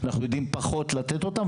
אנחנו יודעים פחות לתת אותן,